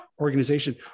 organization